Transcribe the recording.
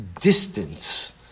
distance